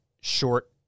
short